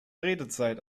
redezeit